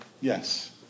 Yes